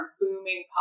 booming